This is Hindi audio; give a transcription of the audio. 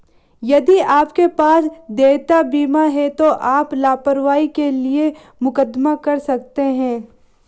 यदि आपके पास देयता बीमा है तो आप लापरवाही के लिए मुकदमा कर सकते हैं